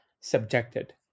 subjected